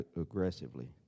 aggressively